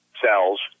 cells